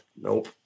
Nope